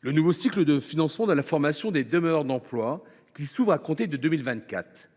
Le nouveau cycle de financement de la formation des demandeurs d’emploi, qui s’ouvre à compter de 2024,